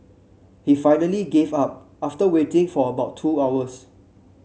he finally gave up after waiting for about two hours